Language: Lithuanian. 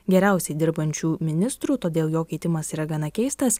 geriausiai dirbančių ministrų todėl jo keitimas yra gana keistas